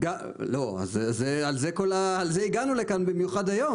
לזה הגענו במיוחד היום.